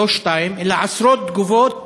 לא שתיים, אלא עשרות תגובות